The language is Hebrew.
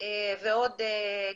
ועוד גופים.